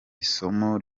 isomo